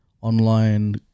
online